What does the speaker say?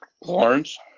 Lawrence